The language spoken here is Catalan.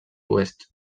oest